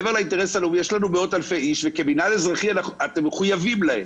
יש לנו מאות אלפי אנשים וכמינהל אזרחי אתם מחויבים להם.